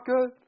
good